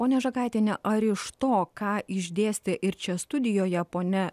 ponia žakaitienė ar iš to ką išdėstė ir čia studijoje ponia